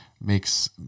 makes